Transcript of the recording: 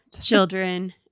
children